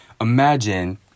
Imagine